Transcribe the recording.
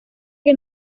que